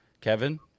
Kevin